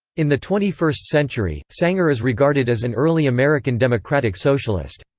in the twenty first century, sanger is regarded as an early american democratic socialist.